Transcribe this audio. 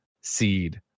seed